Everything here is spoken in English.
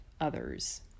others